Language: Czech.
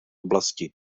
oblasti